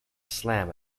slam